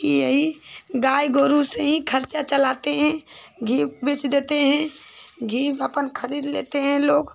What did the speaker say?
कि यही गाय गोरू से ही खर्चा चलाते हैं घी ऊ बेच देते हैं घी अपने खरीद लेते हैं लोग